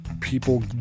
people